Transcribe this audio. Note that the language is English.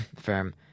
Firm